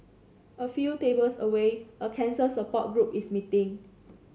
a few tables away a cancer support group is meeting